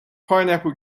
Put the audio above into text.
pineapple